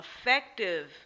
effective